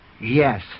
Yes